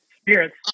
spirits